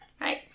Right